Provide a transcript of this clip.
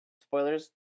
Spoilers